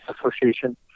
association